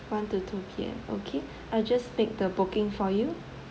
one to two P_M okay I just take the booking for you